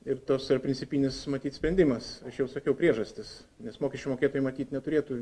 ir toks yra principinis matyt spendimas aš jau sakiau priežastis nes mokesčių mokėtojai matyt neturėtų